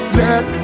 let